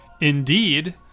Indeed